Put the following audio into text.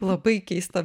labai keista